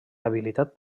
habilitat